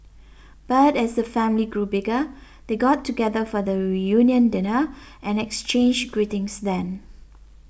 but as the family grew bigger they got together for the reunion dinner and exchanged greetings then